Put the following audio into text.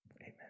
amen